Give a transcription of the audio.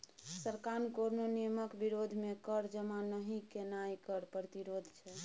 सरकार कोनो नियमक विरोध मे कर जमा नहि केनाय कर प्रतिरोध छै